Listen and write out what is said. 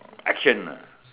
action ah